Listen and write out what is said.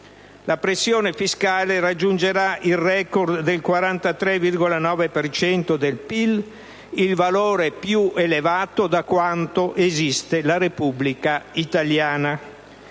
La pressione fiscale raggiungerà il record del 43,9 per cento del PIL, il valore più elevato da quando esiste la Repubblica italiana.